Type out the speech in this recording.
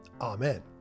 Amen